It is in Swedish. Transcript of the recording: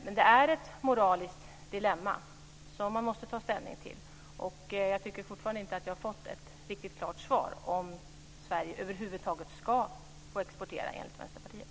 Men det är ett moraliskt dilemma som man måste ta ställning till. Jag tycker fortfarande inte att jag har fått ett riktigt klart svar på frågan om Sverige över huvud taget ska få exportera enligt Vänsterpartiet.